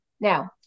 Now